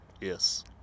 Yes